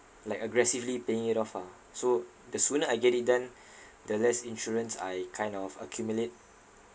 like aggressively paying it off ah so the sooner I get it done the less insurance I kind of accumulate